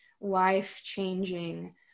life-changing